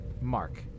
Mark